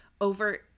over